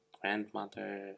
grandmother